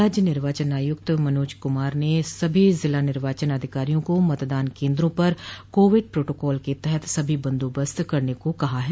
राज्य निर्वाचन आयुक्त मनोज कुमार ने सभी जिला निर्वाचन अधिकारियों को मतदान केन्द्रों पर कोविड प्रोटोकॉल के तहत सभी बंदोबस्त करने को कहा है